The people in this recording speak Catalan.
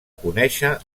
conèixer